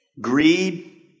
Greed